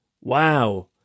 Wow